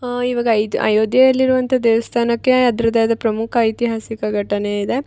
ಇವಾಗ ಇದು ಅಯೋಧ್ಯೆಯಲ್ಲಿರುವಂಥ ದೇವ್ಸ್ಥಾನಕ್ಕೆ ಅದರದ್ದೆ ಆದ ಪ್ರಮುಖ ಐತಿಹಾಸಿಕ ಘಟನೆ ಇದೆ